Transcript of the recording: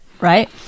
right